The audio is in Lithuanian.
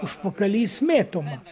užpakalys mėtomas